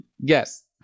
Yes